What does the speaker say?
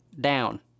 down